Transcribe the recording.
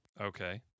Okay